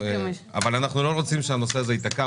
אבל אנחנו לא רוצים שהנושא הזה ייתקע,